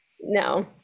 No